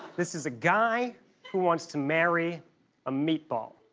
this is a guy who wants to marry a meatball.